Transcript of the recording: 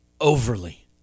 overly